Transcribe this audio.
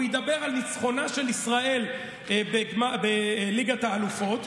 הוא ידבר על ניצחונה של ישראל בליגת האלופות,